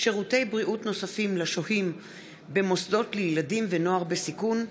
שירותי בריאות נוספים לשוהים במוסדות לילדים ונוער בסיכון),